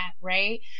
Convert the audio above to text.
Right